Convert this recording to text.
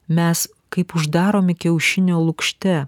mes kaip uždaromi kiaušinio lukšte